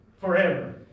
forever